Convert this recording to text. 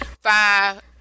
five